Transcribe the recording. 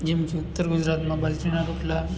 જેમ કે ઉત્તર ગુજરાતમાં બાજરીના રોટલા